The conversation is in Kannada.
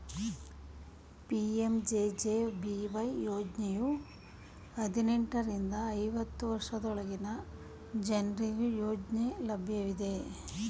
ಪಿ.ಎಂ.ಜೆ.ಜೆ.ಬಿ.ವೈ ಯೋಜ್ನಯು ಹದಿನೆಂಟು ರಿಂದ ಐವತ್ತು ವರ್ಷದೊಳಗಿನ ಜನ್ರುಗೆ ಯೋಜ್ನ ಲಭ್ಯವಿದೆ